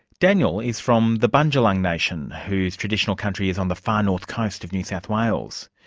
daniel is from the bundjalung nation, whose traditional country is on the far north coast of new south wales.